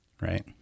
Right